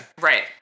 Right